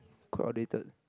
quite outdated